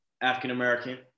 African-American